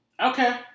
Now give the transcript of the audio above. Okay